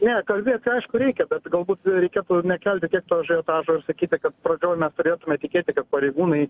ne kalbėti aišku reikia bet galbūt reikėtų nekelti tiek to ažiotažo ir sakyti kad pradžioj mes turėtume tikėti kad pareigūnai